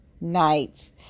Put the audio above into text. night